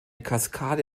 kaskade